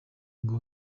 ngo